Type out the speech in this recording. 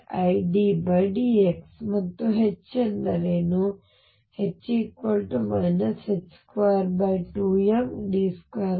p ಎಂಬುದು iddx ಮತ್ತು H ಎಂದರೇನು